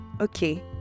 Okay